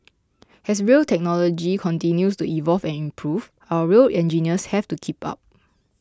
as rail technology continues to evolve and improve our rail engineers have to keep up